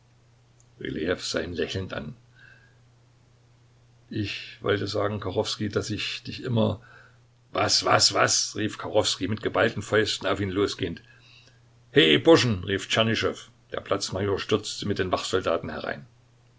sah ihn lächelnd an ich wollte sagen kachowskij daß ich dich immer was was was rief kachowskij mit geballten fäusten auf ihn losgehend he burschen rief tschernyschow der platz major stürzte mit den wachsoldaten herein